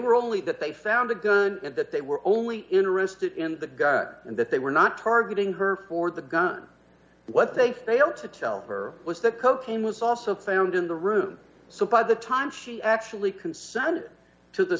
were only that they found a good and that they were only interested in the gun and that they were not targeting her for the gun what they failed to tell for was that cocaine was also found in the room so by the time she actually consented to the